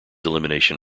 elimination